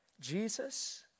Jesus